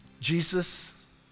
Jesus